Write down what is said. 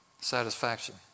satisfaction